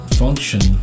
function